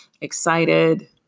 excited